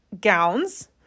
gowns